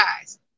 guys